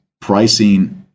pricing